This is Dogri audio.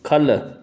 ख'ल्ल